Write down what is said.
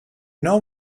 know